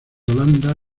holanda